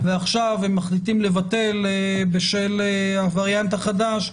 ועכשיו הם מחליטים לבטל בשל הווריאנט החדש,